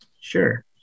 Sure